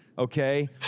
Okay